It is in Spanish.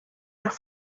las